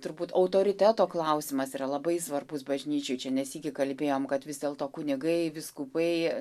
turbūt autoriteto klausimas yra labai svarbus bažnyčioj čia ne sykį kalbėjom kad vis dėlto kunigai vyskupai